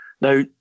Now